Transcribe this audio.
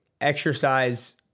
exercise